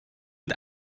mit